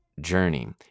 journey